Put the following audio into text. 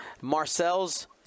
marcel's